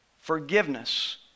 Forgiveness